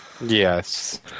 Yes